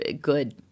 Good